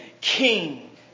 king